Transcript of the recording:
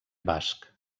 basc